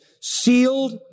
sealed